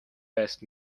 best